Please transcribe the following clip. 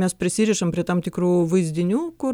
mes prisirišam prie tam tikrų vaizdinių kur